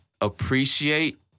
appreciate